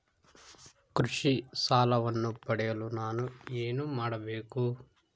ಕೃಷಿ ಸಾಲವನ್ನು ಪಡೆಯಲು ನಾನು ಏನು ಮಾಡಬೇಕು?